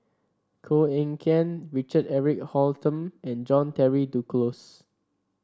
Koh Eng Kian Richard Eric Holttum and John Henry Duclos